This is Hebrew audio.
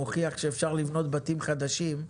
הוכיח שאפשר לבנות בתים חדשים.